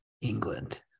England